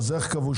אז איך קבעו?